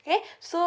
okay so